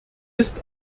ist